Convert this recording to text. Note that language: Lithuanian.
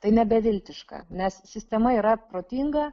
tai ne beviltiška nes sistema yra protinga